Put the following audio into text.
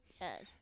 Yes